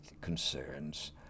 concerns